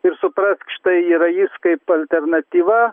ir suprask štai yra jis kaip alternatyva